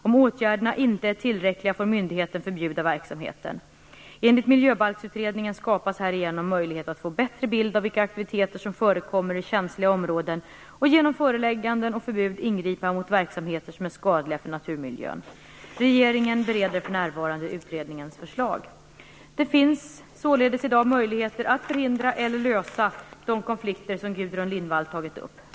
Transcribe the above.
Om åtgärderna inte är tillräckliga får myndigheten förbjuda verksamheten. Enligt Miljöbalksutredningen skapas härigenom möjlighet att få en bättre bild av vilka aktiviteter som förekommer i känsliga områden och genom förelägganden och förbud ingripa mot verksamheter som är skadliga för naturmiljön. Regeringen bereder för närvarande utredningens förslag. Det finns således i dag möjligheter att förhindra eller lösa de konflikter som Gudrun Lindvall tagit upp.